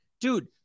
dude